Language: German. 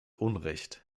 unrecht